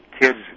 Kids